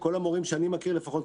כל המורים שאני מכיר לפחות,